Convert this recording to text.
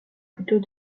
plutôt